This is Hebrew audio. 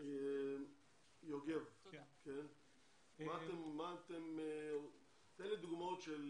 תן לי דוגמאות .